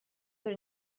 your